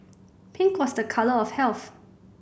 pink was a colour of health